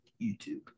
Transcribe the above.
YouTube